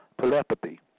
telepathy